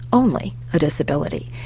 only a disability.